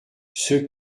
ceux